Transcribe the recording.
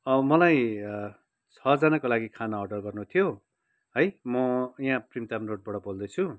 मलाई छःजनाको लागि खाना अर्डर गर्नु थियो है म यहाँ प्रिमताम रोडबाट बोल्दैछु